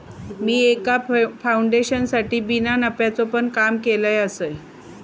मी एका फाउंडेशनसाठी बिना नफ्याचा पण काम केलय आसय